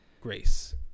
grace